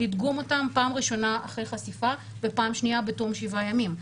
לדגום אותם פעם ראשונה אחרי חשיפה ופעם שנייה בתום שבעה ימים.